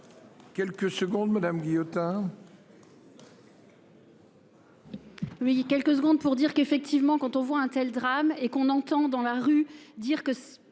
Quelques secondes madame Guillotin. Oui, quelques secondes pour dire qu'effectivement quand on voit un tel drame, et qu'on entend dans la rue dire que